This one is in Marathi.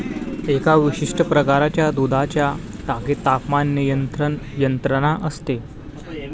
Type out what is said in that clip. एका विशिष्ट प्रकारच्या दुधाच्या टाकीत तापमान नियंत्रण यंत्रणा असते